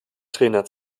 trainer